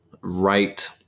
right